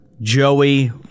Joey